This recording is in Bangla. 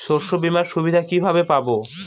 শস্যবিমার সুবিধা কিভাবে পাবো?